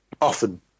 often